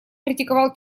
критиковал